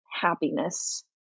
happiness